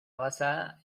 basada